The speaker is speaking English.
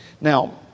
Now